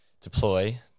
deploy